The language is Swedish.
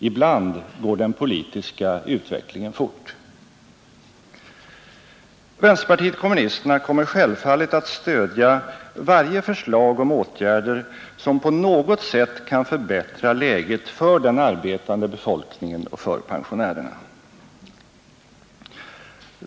Ibland går den politiska utvecklingen fort. Vänsterpartiet kommunisterna kommer självfallet att stödja varje förslag om åtgärder som på något sätt kan förbättra läget för den arbetande befolkningen och för pensionärerna.